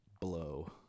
blow